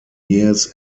jähes